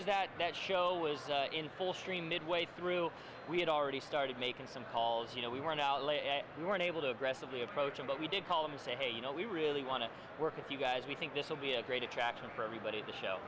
as that that show was in full stream midway through we had already started making some calls you know we were now les we were unable to aggressively approach him but we did call him and say hey you know we really want to work if you guys we think this will be a great attraction for everybody the show